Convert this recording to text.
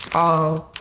oh.